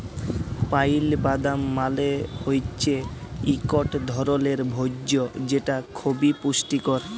pile বাদাম মালে হৈচ্যে ইকট ধরলের ভোজ্য যেটা খবি পুষ্টিকর